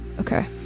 Okay